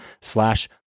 slash